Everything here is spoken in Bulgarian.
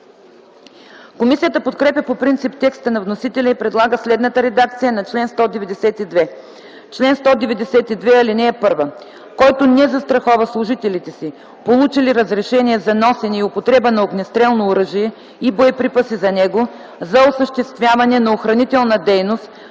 Комисията подкрепя по принцип текста на вносителя и предлага следната редакция на чл. 192: „Чл. 192. (1) Който не застрахова служителите си, получили разрешение за носене и употреба на огнестрелно оръжие и боеприпаси за него, за осъществяване на охранителна дейност